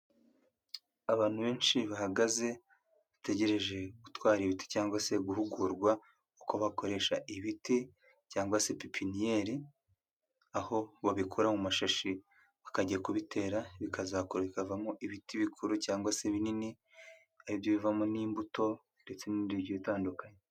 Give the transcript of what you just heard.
Abantu benshi bahagaze bategereje gutwara ibiti cyangwa se guhugurwa uko bakoresha ibiti cyangwa se pepiniyeri, aho babikura mu mashashi bakajya kubitera bikazakura bikavamo ibiti bikuru cyangwa se binini aribyo bivamo n'imbuto ndetse n'ibindi bigiye bitandukanye.